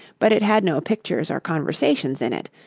but it had no pictures or conversations in it,